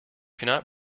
cannot